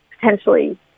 potentially